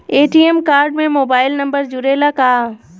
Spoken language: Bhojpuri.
ए.टी.एम कार्ड में मोबाइल नंबर जुरेला का?